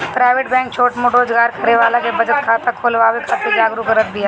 private bank छोट मोट रोजगार करे वाला के बचत खाता खोलवावे खातिर जागरुक करत बिया